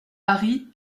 paris